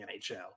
NHL